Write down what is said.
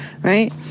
right